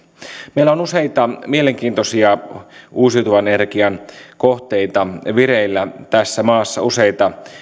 meillä on useita mielenkiintoisia uusiutuvan energian kohteita vireillä tässä maassa useita